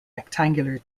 rectangular